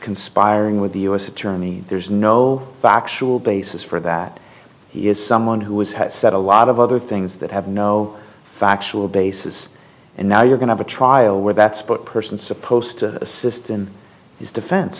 conspiring with the u s attorney there's no factual basis for that he is someone who was set a lot of other things that have no factual basis and now you're going to trial where that support person supposed to assist in his defense